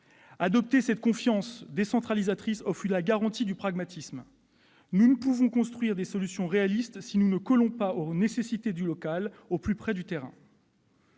Adopter cette confiance décentralisatrice offre la garantie du pragmatisme. Nous ne pouvons construire des solutions réalistes si nous ne collons pas aux nécessités du local, au plus près du terrain.